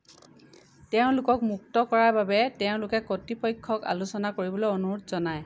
তেওঁলোকক মুক্ত কৰাৰ বাবে তেওঁলোকে কৰ্তৃপক্ষক আলোচনা কৰিবলৈ অনুৰোধ জনায়